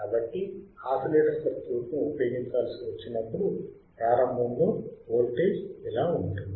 కాబట్టి ఆసిలేటర్ సర్క్యూట్ను ఉపయోగించాల్సి వచ్చినప్పుడు ప్రారంభములో వోల్టేజ్ ఇలా ఉంటుంది